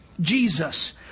Jesus